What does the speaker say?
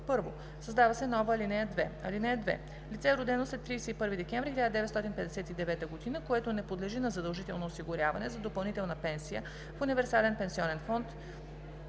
1. Създава се нова ал. 2: „(2) Лице, родено след 31 декември 1959 г., което не подлежи на задължително осигуряване за допълнителна пенсия в универсален пенсионен фонд,